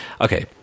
okay